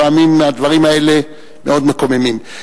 לפעמים הדברים האלה מאוד מקוממים.